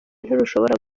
ntirushobora